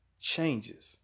changes